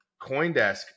CoinDesk